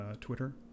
twitter